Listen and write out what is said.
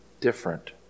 different